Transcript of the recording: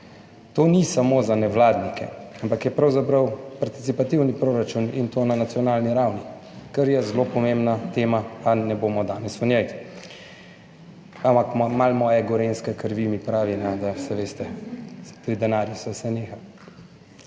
To ni samo za nevladnike, ampak je pravzaprav participativni proračun in to na nacionalni ravni, kar je zelo pomembna tema, ali ne bomo danes o njej. Ampak malo moje gorenjske krvi mi pravi, da, saj veste, pri denarju se vse neha.